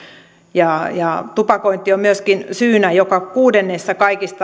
tupakointi on myöskin syynä joka kuudennessa kaikista